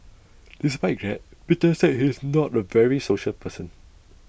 despite that Peter said he's not A very social person